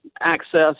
access